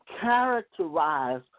characterize